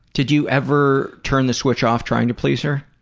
did you ever turn the switch off trying to please her?